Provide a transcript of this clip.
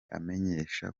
amumenyesha